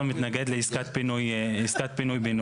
מתנגד לעסקת פינוי בינוי.